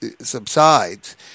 subsides